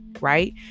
right